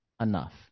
enough